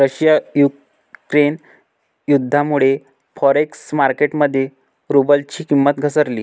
Russia Ukraine युद्धामुळे forex market मध्ये रुबलची किंमत घसरली